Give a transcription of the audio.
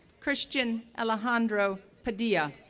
christian alejandro padilla,